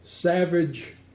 Savage